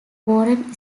warren